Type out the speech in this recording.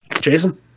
Jason